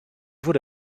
wurde